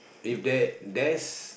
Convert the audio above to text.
if there there's